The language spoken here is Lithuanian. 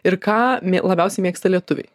ir ką labiausiai mėgsta lietuviai